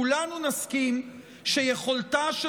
כולנו נסכים שיכולתה של